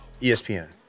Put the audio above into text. ESPN